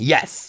Yes